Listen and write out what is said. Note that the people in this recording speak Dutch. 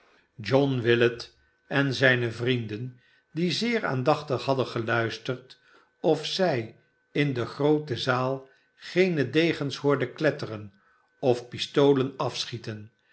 john willet en zijne vrienden die zeer aandachtig hadden geluisterd of zij in de groote zaal geene degens hoorden kletteren of pistolen afschieten